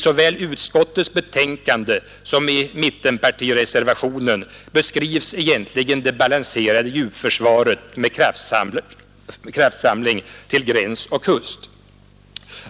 Såväl i utskottets betänkande som i mittenpartireservationen beskrivs egentligen det balanserade djupförsvaret med kraftsamling till gräns och kust.